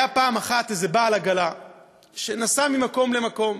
היה פעם אחת איזה בעל עגלה שנסע ממקום למקום.